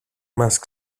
μας